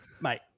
mate